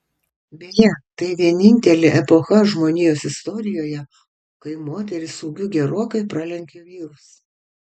beje tai vienintelė epocha žmonijos istorijoje kai moterys ūgiu gerokai pralenkė vyrus